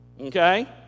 Okay